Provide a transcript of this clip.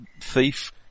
thief